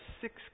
six